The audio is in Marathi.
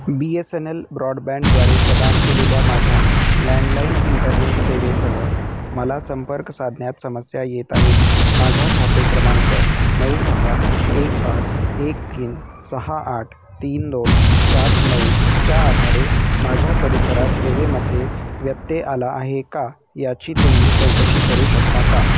बी एस एन एल ब्रॉडबँड द्वारे प्रदान केलेल्या माझ्या लँडलाइन इंटरनेट सेवेसह मला संपर्क साधण्यात समस्या येत आहेत माझ्या खाते क्रमांक नऊ सहा एक पाच एक तीन सहा आठ तीन दोन सात नऊ च्या आधारे माझ्या परिसरात सेवेमध्ये व्यत्यय आला आहे का याची तुम्ही चौकशी करू शकता का